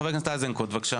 חבר הכנסת איזנקוט, בבקשה.